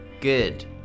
Good